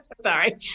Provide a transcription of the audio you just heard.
sorry